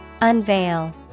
Unveil